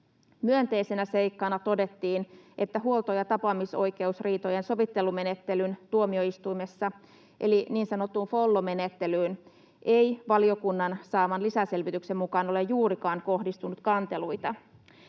Myönteisenä seikkana todettiin, että huolto- ja tapaamisoikeusriitojen sovittelumenettelyyn tuomioistuimessa, eli niin sanotun Follo-menettelyyn, ei valiokunnan saaman lisäselvityksen mukaan ole juurikaan kohdistunut kanteluita.